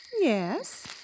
Yes